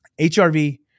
HRV